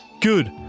Good